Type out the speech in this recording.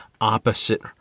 opposite